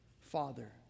Father